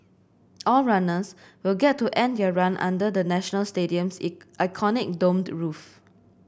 all runners will get to end their run under the National Stadium's iconic domed roof